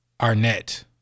arnett